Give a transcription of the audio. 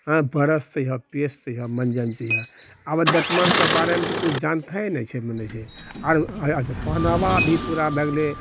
आ ब्रससे पेस्टसे आ मञ्जनसे आबऽ दँतमनिकऽ बारेमऽ तऽ कुछ जानते नहि छै लगैत छै अच्छा पहनावा भी पूरा भै गेलय